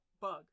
bug